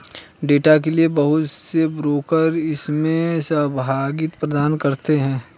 data के लिये बहुत से ब्रोकर इसमें सहभागिता प्रदान करते हैं